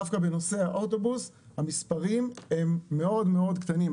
דווקא בנוסעי האוטובוס המספרים הם מאוד מאוד קטנים,